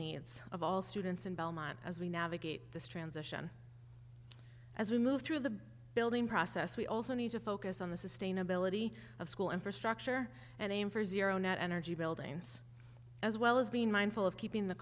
needs of all students in belmont as we navigate this transition as we move through the building process we also need to focus on the sustainability of school infrastructure and aim for zero net energy buildings as well as being mindful of keeping the